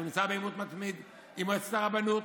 הוא נמצא בעימות מתמיד עם מועצת הרבנות.